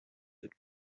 that